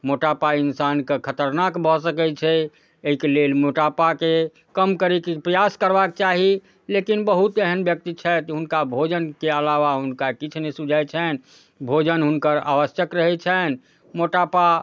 मोटापा इंसानके खतरनाक भऽ सकै छै अइके लेल मोटापाके कम करैके प्रयास करबाके चाही लेकिन बहुत एहन व्यक्ति छथि जे हुनका भोजनके अलावा हुनका किछु नहि सुझाइ छनि भोजन हुनकर आवश्यक रहै छनि मोटापा